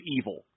evil